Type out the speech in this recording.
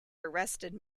arrested